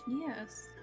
Yes